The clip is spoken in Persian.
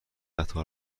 قطار